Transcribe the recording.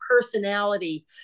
personality